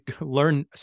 learn